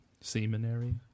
seminary